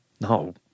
No